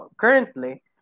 currently